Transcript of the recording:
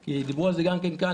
כי דיברו על זה גם כן כאן,